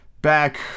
back